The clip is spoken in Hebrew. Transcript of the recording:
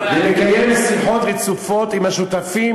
ומקיים שיחות רצופות עם השותפים